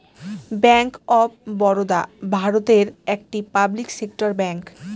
bank of Baroda ভারতের একটি public sector bank